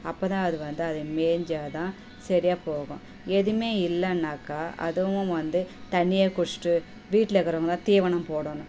அப்போது தான் அது வந்து அது மேஞ்சால் தான் சரியா போகும் எதுவுமே இல்லைன்னாக்கா அதுவும் வந்து தண்ணியைக் குடிசிட்டு வீட்லருக்கறவங்க தீவனம் போடணும்